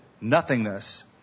nothingness